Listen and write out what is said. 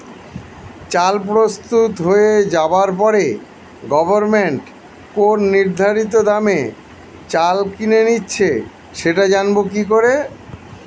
চাল প্রস্তুত হয়ে যাবার পরে গভমেন্ট কোন নির্ধারিত দামে চাল কিনে নিচ্ছে সেটা জানবো কি করে?